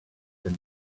been